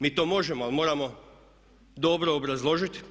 Mi to možemo, ali moramo dobro obrazložiti.